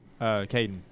Caden